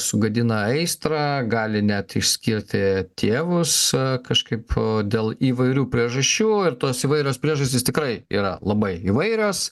sugadina aistrą gali net išskirti tėvus kažkaip dėl įvairių priežasčių ir tos įvairios priežastys tikrai yra labai įvairios